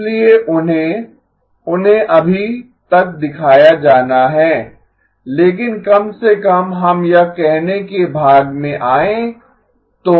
इसलिए उन्हें उन्हें अभी तक दिखाया जाना हैं लेकिन कम से कम हम यह कहने के भाग में आए तो हैं ठीक है